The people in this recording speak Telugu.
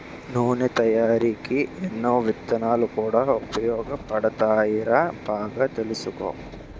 నూనె తయారికీ ఎన్నో విత్తనాలు కూడా ఉపయోగపడతాయిరా బాగా తెలుసుకో